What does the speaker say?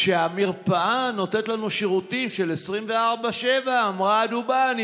שהמרפאה נותנת לנו שירותים של 24/7. אמרה הדובה: אני